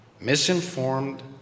misinformed